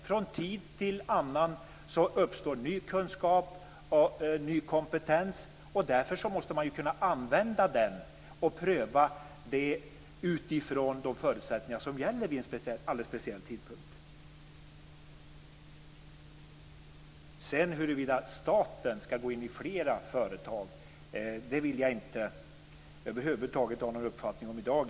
Från tid till annan uppstår ny kunskap och ny kompetens, och därför måste man använda den och pröva den utifrån de förutsättningar som gäller vid en speciell tidpunkt. Frågan om huruvida staten skall gå in i några fler företag vill jag inte ha någon uppfattning om i dag.